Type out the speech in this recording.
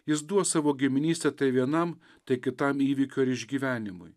jis duos savo giminystę tai vienam tai kitam įvykiui ar išgyvenimui